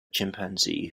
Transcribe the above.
chimpanzee